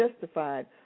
justified